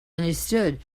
understood